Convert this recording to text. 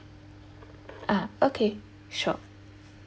ah okay sure